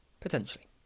Potentially